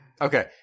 Okay